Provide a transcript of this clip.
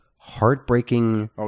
heartbreaking